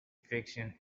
fiction